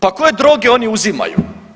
Pa koje droge oni uzimaju?